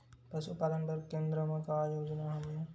पशुपालन बर केन्द्र म का योजना हवे?